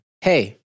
Hey